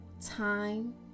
time